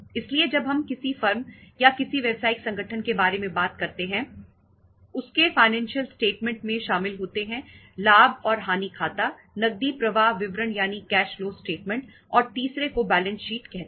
इसलिए जब हम किसी फर्म या किसी व्यवसायिक संगठन के बारे में बात करते हैं उसके फाइनेंशियल स्टेटमेंट्स कहते हैं